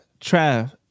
Trav